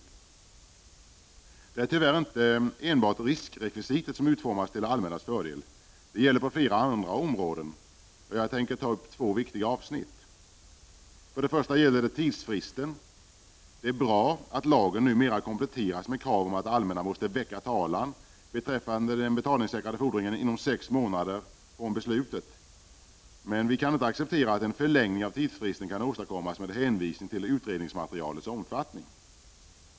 Det är tyvärr inte enbart riskrekvisitet som utformas till det allmännas fördel, utan detta gäller också flera andra områden. Jag tänker ta upp två viktiga avsnitt. För det första vill jag ta upp tidsfristen. Det är bra att lagen numera kompletteras med krav om att det allmänna måste väcka talan beträffande den betalningssäkrade fordringen inom sex månader från beslutet. Men vi kan inte acceptera att en förlängning av tidsfristen kan åstadkommas med hänvisning till utredningsmaterialets omfattning.